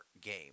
game